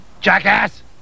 jackass